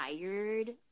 tired